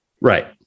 right